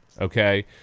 okay